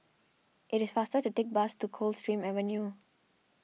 it is faster to take the bus to Coldstream Avenue